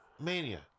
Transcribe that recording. Mania